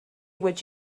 would